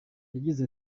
yagize